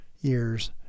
years